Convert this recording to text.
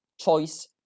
choice